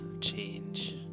change